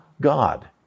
God